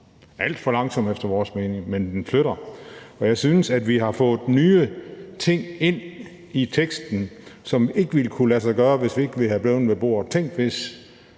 alt for langsomt efter vores mening, men den flytter sig. Jeg synes, vi har fået nye ting ind i teksten, som ikke ville kunne lade sig gøre, hvis vi ikke var blevet ved bordet. Tænk, hvis